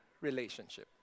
relationship